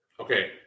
Okay